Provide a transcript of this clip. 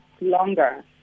longer